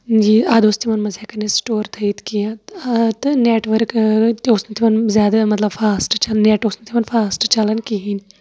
یہِ ادَٕ اوس تِمن منٛز ہیٚکان أسۍ سِٹور تھٲیِتھ کیٚنہہ تہٕ نیٚٹؤرٕک تہِ اوس نہٕ تِمن زیادٕ مطلب فاسٹ نیٹ اوس نہٕ تِمن فاسٹ چلان کِہینۍ